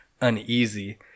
uneasy